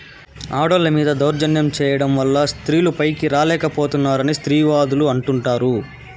ఆడోళ్ళ మీద దౌర్జన్యం చేయడం వల్ల స్త్రీలు పైకి రాలేక పోతున్నారని స్త్రీవాదులు అంటుంటారు